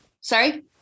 Sorry